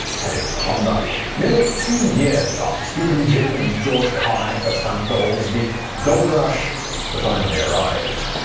headed for klondike. nearly two years after skookum jim and george carmack first found gold, the gold rush had finally arrived.